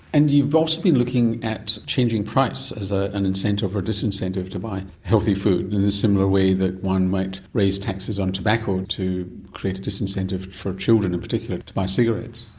and you've also been looking at changing price as ah an incentive or disincentive to buy healthy food in a similar way that one might raise taxes on tobacco to create a disincentive for children in particular to buy cigarettes.